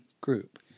group